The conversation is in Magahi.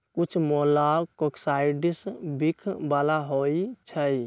कुछ मोलॉक्साइड्स विख बला होइ छइ